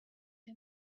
him